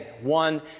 One